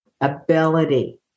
ability